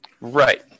Right